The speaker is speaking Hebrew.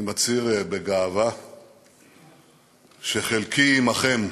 אני מצהיר בגאווה שחלקי עמכם.